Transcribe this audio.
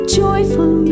joyful